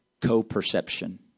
co-perception